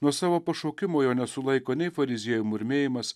nuo savo pašaukimo jo nesulaiko nei fariziejų murmėjimas